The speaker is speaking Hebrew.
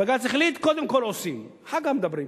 בג"ץ החליט, קודם כול עושים, אחר כך מדברים.